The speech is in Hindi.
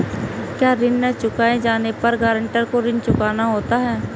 क्या ऋण न चुकाए जाने पर गरेंटर को ऋण चुकाना होता है?